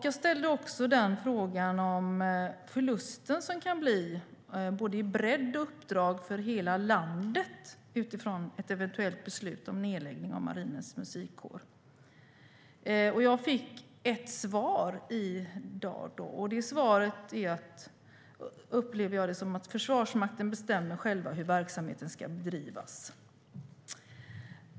Jag ställde också frågan om den förlust som kan bli i både bredd och uppdrag för hela landet utifrån ett eventuellt beslut om nedläggning av Marinens Musikkår. Jag fick svar i dag. Jag upplever det som att Försvarsmakten själv bestämmer hur verksamheten ska bedrivas.